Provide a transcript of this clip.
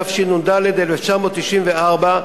התשנ"ד 1994,